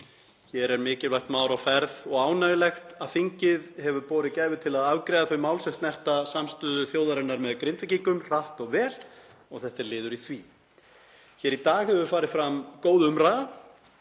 Hér er mikilvægt mál á ferð og ánægjulegt að þingið hefur borið gæfu til að afgreiða þau mál sem snerta samstöðu þjóðarinnar með Grindvíkingum hratt og vel og þetta er liður í því. Hér í dag hefur farið fram góð umræða